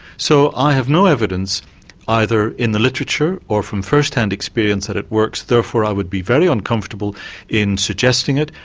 so i have no evidence either in the literature or from first-hand experience that it works, therefore i would be very uncomfortable in suggesting it,